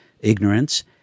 ignorance